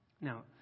Now